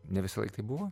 ne visąlaik taip buvo